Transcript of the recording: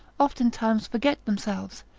oftentimes forget themselves,